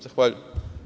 Zahvaljujem.